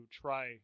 try